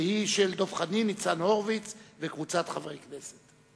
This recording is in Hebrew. שהיא של דב חנין, ניצן הורוביץ וקבוצת חברי הכנסת.